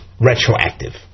retroactive